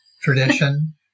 tradition